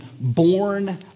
born